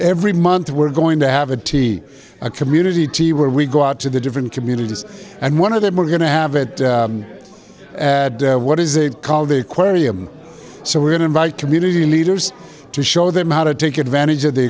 every month we're going to have a tea a community tea where we go out to the different communities and one of them we're going to have it what is it called the aquarium so we're going to invite community leaders to show them how to take advantage of the